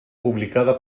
publicada